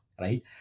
right